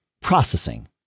processing